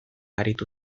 aritu